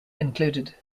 included